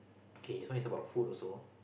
K this one is about food also